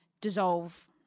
Dissolve